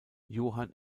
johann